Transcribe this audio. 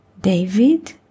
David